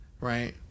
Right